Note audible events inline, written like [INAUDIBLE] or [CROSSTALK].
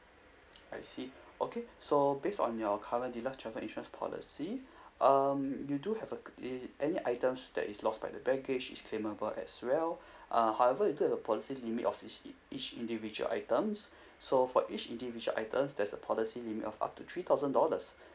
I see okay so based on your current deluxe travel insurance policy [BREATH] um you do have a eh any items that is lost by the baggage is claimable as well [BREATH] uh however it do have a policy limit of each in~ each individual items [BREATH] so for each individual items there's a policy limit of up to three thousand dollars [BREATH]